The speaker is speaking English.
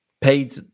paid